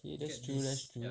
ya that's true that's true